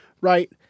right